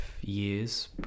years